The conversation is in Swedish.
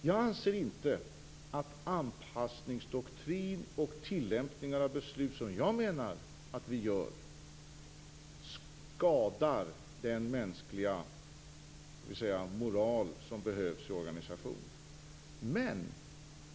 Jag anser inte att anpassningsdoktrin och tillämpning av beslut skadar den mänskliga moral som behövs inom organisationen.